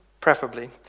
preferably